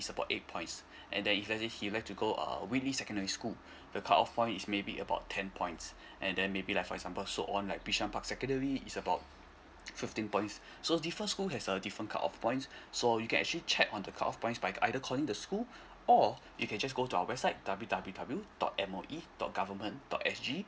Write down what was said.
is about eight points and then if let's say he like to go uh whitley secondary school the cut off point is maybe about ten points and then maybe like for example so on like bishan park secondary is about fifteen points so different school has a different cut off points so you can actually check on the cut off point by either calling the school or you can just go to our website w w w dot m o e dot government dot s g